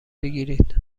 بگیرید